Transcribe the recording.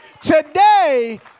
today